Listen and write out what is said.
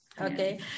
Okay